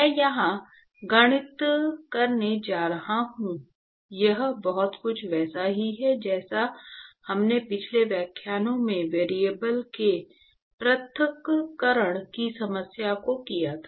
मैं यहाँ गणित करने जा रहा हूँ यह बहुत कुछ वैसा ही है जैसा हमने पिछले व्याख्यान में वेरिएबल के पृथक्करण की समस्या को किया था